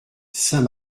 saint